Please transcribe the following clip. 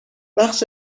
بخش